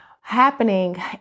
happening